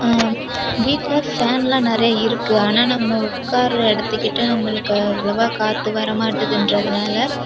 வீட்டில் ஃபேன்லாம் நிறைய இருக்குது ஆனால் நம்ம உட்கார்ற இடத்துக்கிட்ட நம்மளுக்கு அவ்வளோவா காற்று வர மாட்டுதுன்றதுனால்